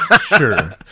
Sure